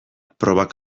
probak